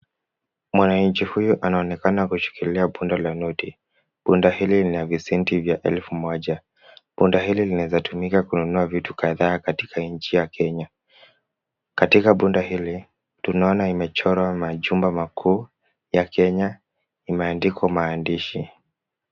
Mwananchi huyu anaonekana kushikilia bunda la noti. Bunda hili lina visenti vya elfu. Bunda hili linaweza tumika kununua vitu kadhaa katika nchi ya Kenya. Katika bunda hili, tunaona imechorwa majumba makuu ya Kenya imeandikwa maandishi.